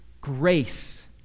grace